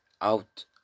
Out